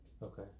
Okay